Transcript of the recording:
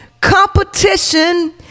competition